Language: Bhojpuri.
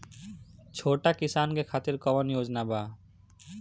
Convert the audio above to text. छोटा किसान के खातिर कवन योजना बा?